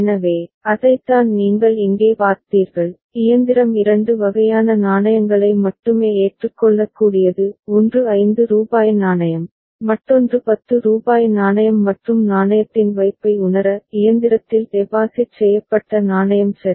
எனவே அதைத்தான் நீங்கள் இங்கே பார்த்தீர்கள் இயந்திரம் 2 வகையான நாணயங்களை மட்டுமே ஏற்றுக்கொள்ளக்கூடியது ஒன்று ரூபாய் 5 நாணயம் மற்றொன்று ரூபாய் 10 நாணயம் மற்றும் நாணயத்தின் வைப்பை உணர இயந்திரத்தில் டெபாசிட் செய்யப்பட்ட நாணயம் சரி